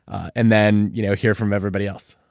and then, you know hear from everybody else